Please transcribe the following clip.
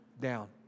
down